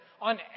on